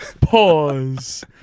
pause